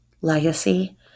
legacy